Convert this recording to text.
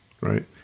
right